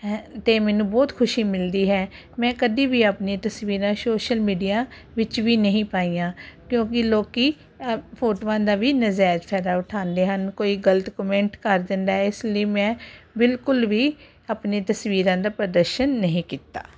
ਹੈ ਅਤੇ ਮੈਨੂੰ ਬਹੁਤ ਖੁਸ਼ੀ ਮਿਲਦੀ ਹੈ ਮੈਂ ਕਦੀ ਵੀ ਆਪਣੀ ਤਸਵੀਰਾਂ ਸੋਸ਼ਲ ਮੀਡੀਆ ਵਿੱਚ ਵੀ ਨਹੀਂ ਪਾਈਆਂ ਕਿਉਂਕਿ ਲੋਕ ਅ ਫੋਟੋਆਂ ਦਾ ਵੀ ਨਜਾਇਜ਼ ਫਾਇਦਾ ਉਠਾਉਂਦੇ ਹਨ ਕੋਈ ਗਲਤ ਕਮੈਂਟ ਕਰ ਦਿੰਦਾ ਇਸ ਲਈ ਮੈਂ ਬਿਲਕੁਲ ਵੀ ਆਪਣੀਆਂ ਤਸਵੀਰਾਂ ਦਾ ਪ੍ਰਦਰਸ਼ਨ ਨਹੀਂ ਕੀਤਾ